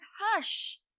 hush